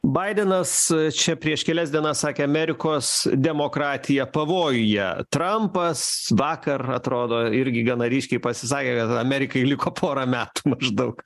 baidenas čia prieš kelias dienas sakė amerikos demokratija pavojuje trampas vakar atrodo irgi gana ryškiai pasisakė kad amerikai liko pora metų maždaug